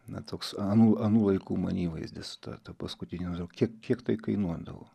na toks anų anų laikų man įvaizdis ta ta paskutinė kiek kiek tai kainuodavo